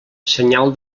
senyal